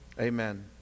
Amen